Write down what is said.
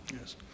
Yes